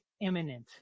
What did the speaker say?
imminent